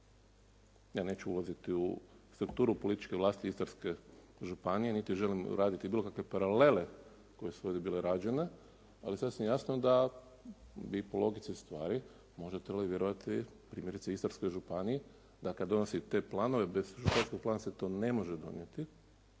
Ja neću ulaziti u strukturu političke vlasti Istarske županije niti želim raditi bilo kakve paralele koje su ovdje bile rađene, ali sasvim jasno da vi po logici stvari možete li vjerovati primjerice Istarskoj županiji da kad donosi te planove, …/Govornik se ne razumije./… plana se to ne može donijeti